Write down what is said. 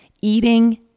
Eating